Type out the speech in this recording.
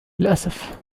للأسف